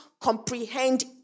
comprehend